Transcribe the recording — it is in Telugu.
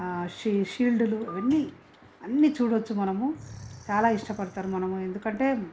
షీ షీల్డ్లు అవ్వన్నీ అన్ని చూడొచ్చు మనము చాలా ఇష్టపడతారు మనము ఎందుకంటే